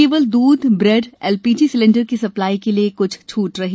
केवल दूध ब्रेड व एलपीजी सिलेंडर की सप्लाई के लिए क्छ छूट रही